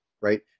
right